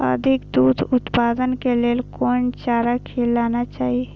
अधिक दूध उत्पादन के लेल कोन चारा खिलाना चाही?